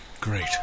Great